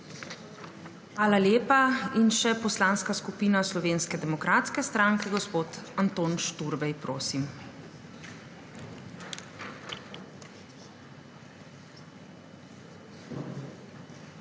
Hvala lepa. Še Poslanska skupina Slovenske demokratske stranke, gospod Anton Šturbej. Prosim. **ANTON